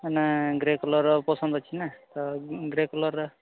ମାନେ ଗ୍ରେ କଲର୍ର ପସନ୍ଦ ଅଛି ନା ତ ଗ୍ରେ କଲର୍ର